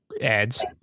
ads